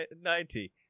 ninety